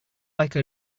like